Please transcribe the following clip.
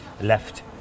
left